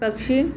पक्षी